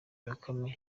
bakame